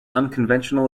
unconventional